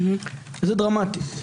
זה דרמטי.